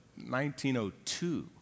1902